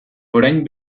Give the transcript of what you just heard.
orain